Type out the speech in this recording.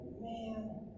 Man